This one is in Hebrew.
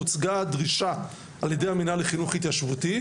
הוצגה הדרישה על ידי המינהל לחינוך התיישבותי,